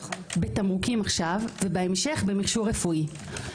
בתמרוקים עכשיו ובהמשך במכשור רפואי.